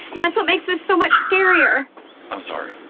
and that's what makes this so much scarier i'm sorry